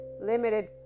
limited